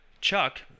Chuck